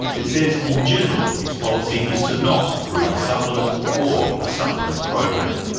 it says in general its policy is to not approve a supplement or a supplements program.